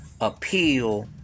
appeal